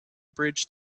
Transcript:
bridge